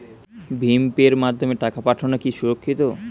ভিম পের মাধ্যমে টাকা পাঠানো কি সুরক্ষিত?